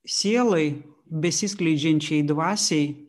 sielai besiskleidžiančiai dvasiai